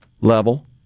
level